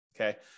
okay